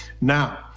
now